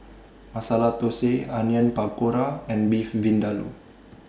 Masala Dosa Onion Pakora and Beef Vindaloo